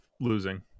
losing